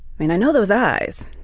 mean, i know those eyes